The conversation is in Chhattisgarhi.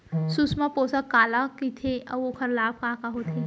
सुषमा पोसक काला कइथे अऊ ओखर लाभ का का होथे?